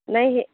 ନାଇଁ